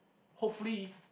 hopefully